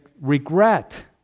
regret